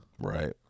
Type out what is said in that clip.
right